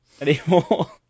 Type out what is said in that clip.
anymore